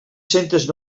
centes